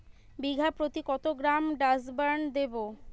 বিঘাপ্রতি কত গ্রাম ডাসবার্ন দেবো?